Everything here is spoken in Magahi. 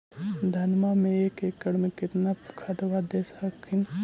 धनमा मे एक एकड़ मे कितना खदबा दे हखिन?